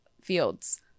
fields